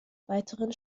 weiteren